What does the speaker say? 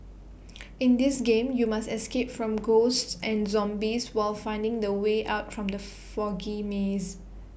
in this game you must escape from ghosts and zombies while finding the way out from the foggy maze